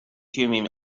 thummim